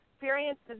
experiences